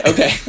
Okay